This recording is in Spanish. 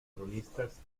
cronistas